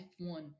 F1